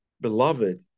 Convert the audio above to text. Beloved